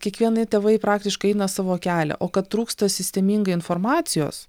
kiekvieni tėvai praktiškai eina savo kelią o kad trūksta sistemingai informacijos